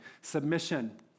submission